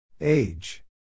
Age